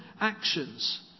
actions